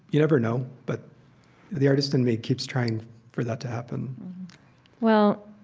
you never know. but the artist in me keeps trying for that to happen well,